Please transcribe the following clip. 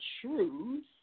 truth